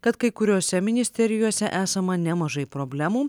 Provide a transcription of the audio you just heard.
kad kai kuriose ministerijose esama nemažai problemų